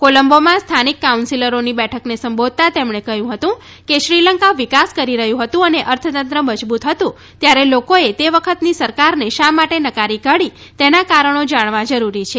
કોલંબોમાં સ્થાનિક કાઉન્સીલરોની બેઠકને સંબોધતા તેમણે કહ્યું હતું કે શ્રીલંકા વિકાસ કરી રહ્યું હતું અને અર્થતંત્ર મજબૂત હતું ત્યારે લોકોએ તે વખતની સરકારને શા માટે નકારી કાઢી તેના કારણો જાણવા જરૂરી છે